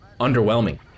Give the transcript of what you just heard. Underwhelming